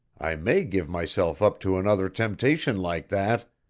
i may give myself up to another temptation like that.